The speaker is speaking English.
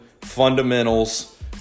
fundamentals